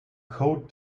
cold